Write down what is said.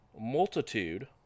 multitude